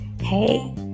Hey